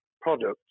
products